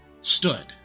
stood